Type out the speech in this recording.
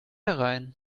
herein